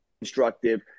constructive